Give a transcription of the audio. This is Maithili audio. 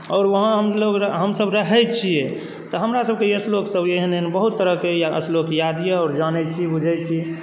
आओर वहां हमसब रहै छियै तऽ हमरा सबकेँ ई श्लोक सब एहन एहन बहुत बहुत श्लोक याद यऽ आओर जानै छी बुझै छी